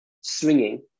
swinging